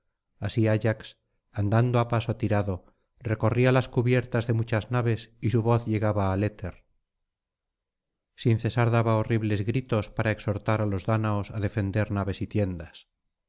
así ayax andando á paso tirado recorría las cubiertas de muchas naves y su voz llegaba al éter sin cesar daba horribles gritos para exhortar á los dáñaos á defender naves y tiendas